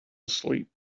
asleep